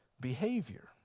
behavior